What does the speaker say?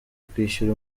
kwishyura